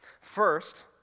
First